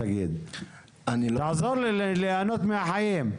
תעזור לי ליהנות מהחיים.